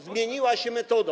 Zmieniła się metoda.